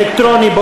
אלקטרוני.